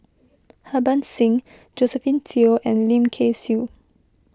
Harbans Singh Josephine Teo and Lim Kay Siu